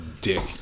dick